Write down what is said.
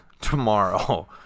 tomorrow